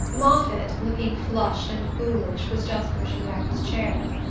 moffatt, looking flushed and foolish, was just pushing back his chair.